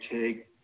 take